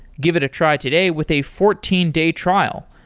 give it a try today with a fourteen day trial.